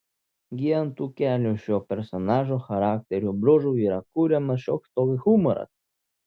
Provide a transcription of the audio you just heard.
gi ant tų kelių šio personažo charakterio bruožų yra kuriamas šioks toks humoras